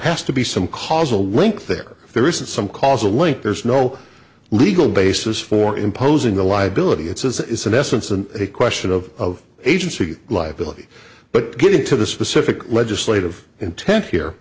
has to be some causal link there if there isn't some causal link there's no legal basis for imposing the liability it's an essence and a question of agency liability but getting to the specific legislative intent here